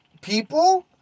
people